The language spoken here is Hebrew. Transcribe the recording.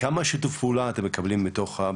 מ-3,000 זאת אומרת ש-97 אחוזים באמת